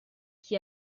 qui